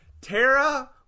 tara